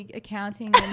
accounting